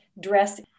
dress